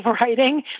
writing